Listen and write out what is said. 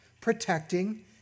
protecting